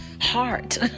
heart